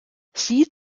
sie